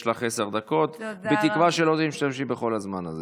יש לך עשר דקות, בתקווה שלא תשתמשי בכל הזמן הזה